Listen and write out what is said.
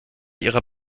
ihrer